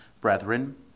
Brethren